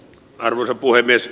arvoisa puhemies